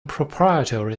proprietary